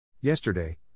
Yesterday